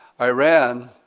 Iran